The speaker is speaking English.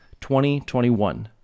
2021